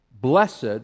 blessed